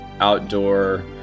outdoor